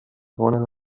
con